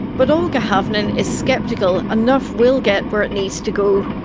but olga havnen is sceptical enough will get where it needs to go.